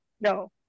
No